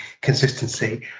consistency